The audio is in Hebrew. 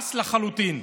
קרס לחלוטין,